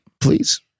Please